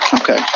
Okay